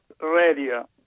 Radio